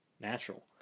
natural